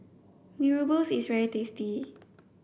Mee Rebus is very tasty